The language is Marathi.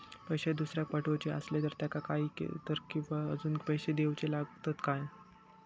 पैशे दुसऱ्याक पाठवूचे आसले तर त्याका काही कर किवा अजून पैशे देऊचे लागतत काय?